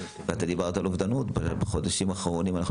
ואתה דיברת על אובדנות בחודשים האחרונים אנחנו